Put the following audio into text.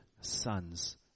sons